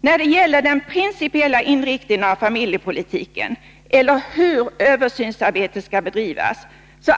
När det gäller den principiella inriktningen av familjepolitiken eller hur översynsarbetet skall bedrivas